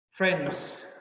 Friends